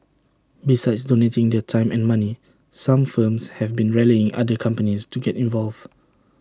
besides donating their time and money some firms have been rallying other companies to get involved